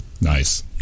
Nice